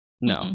No